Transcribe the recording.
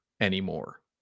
anymore